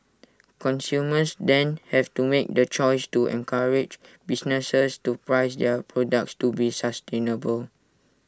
consumers then have to make the choice to encourage businesses to price their products to be sustainable